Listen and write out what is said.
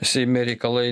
seime reikalai